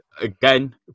again